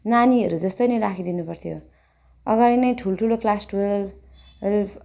नानीहरू जस्तै नै राखिदिनु पर्थ्यो अगाडि नै ठुल्ठुलो क्लास टुवेल्भ